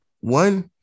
one